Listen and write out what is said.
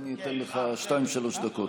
אני מציע להביא להם גם רהיטים הביתה על חשבון הברון.